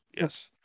Yes